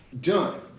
done